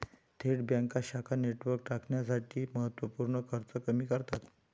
थेट बँका शाखा नेटवर्क राखण्यासाठी महत्त्व पूर्ण खर्च कमी करतात